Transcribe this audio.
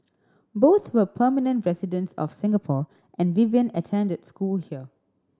both were permanent residents of Singapore and Vivian attended school here